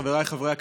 חבריי חברי הכנסת,